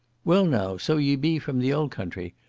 well now, so you be from the old country?